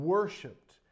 Worshipped